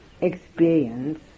experience